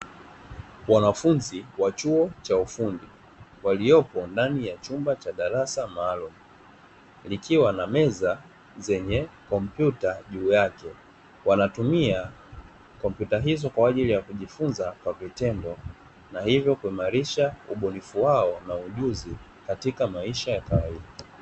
Wanafunzi wa chuo cha ufundi waliopo ndani ya chumba cha darasa maalumu likiwa na meza zenye komptuta juu yake. Wanatumia komputa hizo kwaajili ya kujifunza kwa vitendo na hivyo kuimarisha ubunifu wao na ujuzi katika maisha ya kawaida.